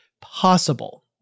possible